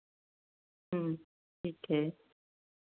ठीक है